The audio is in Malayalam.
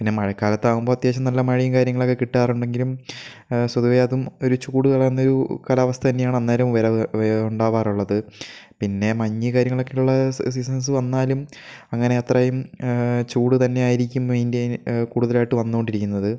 പിന്നെ മഴക്കാലത്ത് ആകുമ്പോൾ അത്യാവശ്യം നല്ല മഴയും കാര്യങ്ങളൊക്കെ കിട്ടാറുണ്ടെങ്കിലും സ്വതവേ അതും ഒരു ചൂട് കലർന്ന ഒരു കാലാവസ്ഥ തന്നെയാണ് അന്നേരം വരവ് ഉണ്ടാവാറുള്ളത് പിന്നെ മഞ്ഞ് കാര്യങ്ങളൊക്കെ ഉള്ള സീസൺസ് വന്നാലും അങ്ങനെ അത്രയും ചൂട് തന്നെയായിരിക്കും അതിൻ്റെ കൂടുതലായിട്ടും വന്നു കൊണ്ടിരിക്കുന്നത്